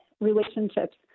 relationships